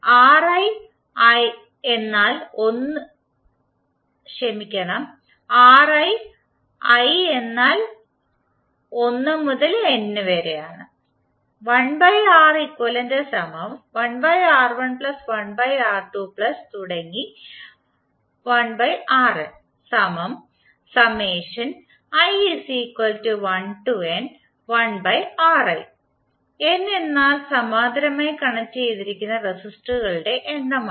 Ri i എന്നാൽ 1 മുതൽ N വരെയാണ് N എന്നാൽ സമാന്തരമായി കണക്റ്റുചെയ്തിരിക്കുന്ന റെസിസ്റ്ററുകളുടെ എണ്ണമാണ്